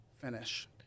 finish